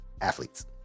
athletes